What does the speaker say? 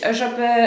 żeby